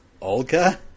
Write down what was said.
Olga